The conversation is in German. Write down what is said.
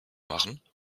machen